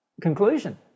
conclusion